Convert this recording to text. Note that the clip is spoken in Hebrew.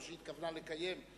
לא שהיא התכוונה לקיים,